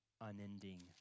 unending